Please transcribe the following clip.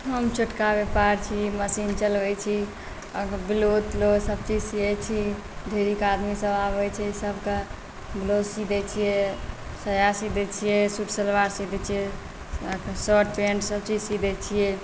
हम छोटका बेपार छी मशीन चलबै छी ब्लाउज त्लाउज सबकिछु सिबै छी ढेरिक आदमीसब आबै छै सबके ब्लाउज सी दै छिए साया सी दै छिए सूट सलवार सी दै छिए शर्ट पैन्ट सबचीज सी दै छिए